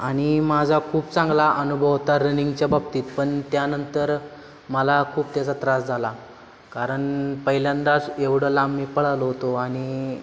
आणि माझा खूप चांगला अनुभव होता रनिंगच्याबाबतीत पण त्यानंतर मला खूप त्याचा त्रास झाला कारण पहिल्यांदाच एवढं लांब मी पळालो होतो आणि